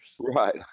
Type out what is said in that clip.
Right